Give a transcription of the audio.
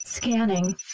Scanning